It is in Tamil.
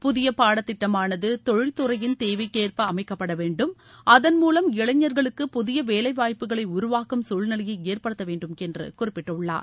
புதிய பாடத்திட்டமானது தொழில் துறையின் தேவைக்கேற்ப அமைக்கப்படவேண்டும் அதன் மூலம் இளைஞர்களுக்கு புதிய வேலைவாய்ப்புகளை உருவாக்கும் சூழ்நிலையை ஏற்படுத்த வேண்டும் என்று குறிப்பிட்டுள்ளார்